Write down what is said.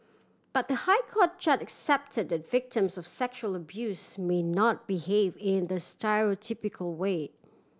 but the High Court judge accepted that victims of sexual abuse may not behave in the stereotypical way